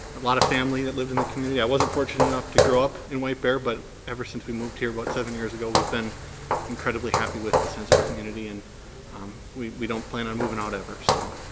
a lot of family that live in the community. i wasn't fortunate enough to grow up in white bear but ever since we moved here about seven years ago we've been incredibly happy with the sense of community and we we don't plan on moving out ever. so.